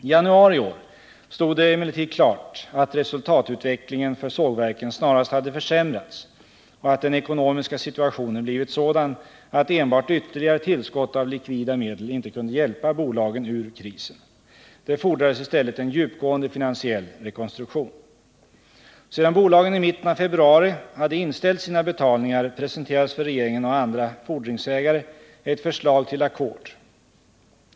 I januari i år stod det emellertid klart att resultatutvecklingen för sågverken snarast hade försämrats och att den ekonomiska situationen blivit sådan, att enbart ytterligare tillskott av likvida medel inte kunde hjälpa bolagen ur krisen. Det fordrades i stället en djupgående finansiell rekonstruktion. Sedan bolagen i mitten av februari hade inställt sina betalningar presenterades för regeringen och andra fordringsägare ett förslag till ackord.